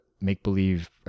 make-believe